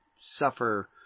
suffer